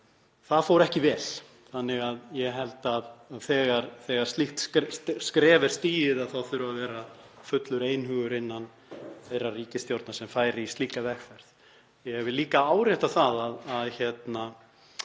það fór ekki vel. Ég held að þegar slíkt skref er stigið þurfi að vera fullur einhugur innan þeirrar ríkisstjórnar sem færi í slíka vegferð. Ég vil líka árétta að það hefur